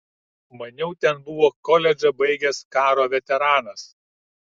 maniau ten buvo koledžą baigęs karo veteranas